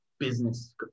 Business